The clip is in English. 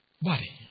body